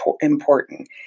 important